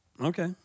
Okay